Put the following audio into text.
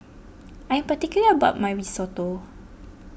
I am particular about my Risotto